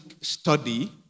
study